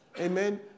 Amen